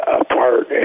apart